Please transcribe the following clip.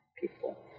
people